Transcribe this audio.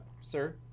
Sir